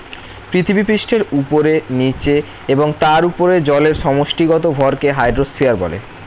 পৃথিবীপৃষ্ঠের উপরে, নীচে এবং তার উপরে জলের সমষ্টিগত ভরকে হাইড্রোস্ফিয়ার বলে